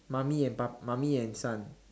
mummy and pa mummy and son